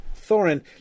Thorin